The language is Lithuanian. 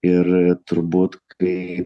ir turbūt kai